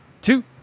two